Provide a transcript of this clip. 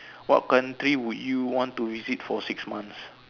what country would you want to visit for six months